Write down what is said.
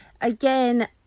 again